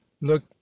look